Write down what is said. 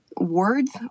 words